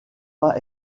pas